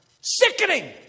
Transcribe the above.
sickening